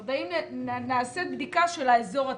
זאת אומרת האם נעשית בדיקה של האזור עצמו.